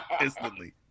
Instantly